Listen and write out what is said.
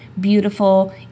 beautiful